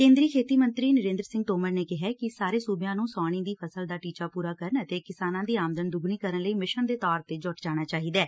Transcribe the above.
ਕੇਂਦਰੀ ਖੇਤੀ ਮੰਤਰੀ ਨਰਿੰਦਰ ਸਿੰਘ ਤੋਮਰ ਨੇ ਕਿਹਾ ਕਿ ਸਾਰੇ ਸੂਬਿਆਂ ਨੂੰ ਸਾਉਣੀ ਦੀ ਫ਼ਸਲ ਦਾ ਟੀਚਾ ਪੂਰਾ ਕਰਨ ਅਤੇ ਕਿਸਾਨਾਂ ਦੀ ਆਮਦਨ ਦੁਗਣੀ ਕਰਨ ਲਈ ਮਿਸ਼ਨ ਦੇ ਤੌਰ ਤੇ ਜੁਟ ਜਾਣਾ ਚਾਹੀਦਾ ਐ